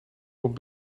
komt